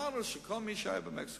אמרנו שכל מי שהיה במקסיקו,